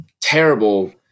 terrible